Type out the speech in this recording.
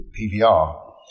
PVR